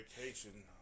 vacation